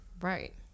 right